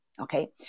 Okay